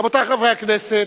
רבותי חברי הכנסת,